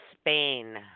Spain